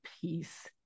peace